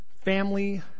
family